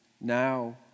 now